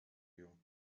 you